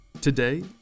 Today